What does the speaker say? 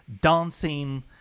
dancing